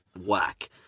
whack